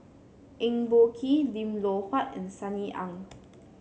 Eng Boh Kee Lim Loh Huat and Sunny Ang